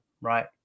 right